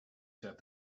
said